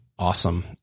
awesome